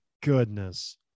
goodness